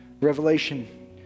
Revelation